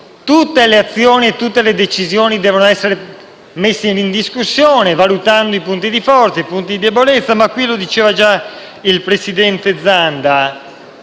tutte le azioni e le decisioni devono essere messe in discussione, valutando i punti di forza e i punti di debolezza, ma in questo caso, come già diceva il presidente Zanda,